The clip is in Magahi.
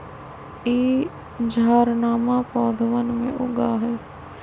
ई झाड़नमा पौधवन में उगा हई